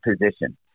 position